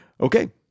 Okay